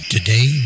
Today